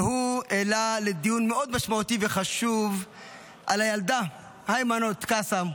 והוא העלה דיון מאוד משמעותי וחשוב על הילדה היימנוט קסאו,